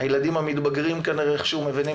הילדים המתבגרים כנראה איכשהו מבינים